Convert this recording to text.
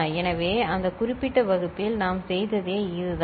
எனவே அந்த குறிப்பிட்ட வகுப்பில் நாம் செய்ததே இதுதான்